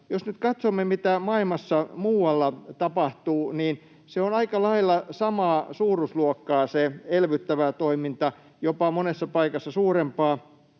Jos nyt katsomme, mitä muualla maailmassa tapahtuu, niin on aika lailla samaa suuruusluokkaa se elvyttävä toiminta, jopa monessa paikassa suurempaa.